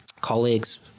colleagues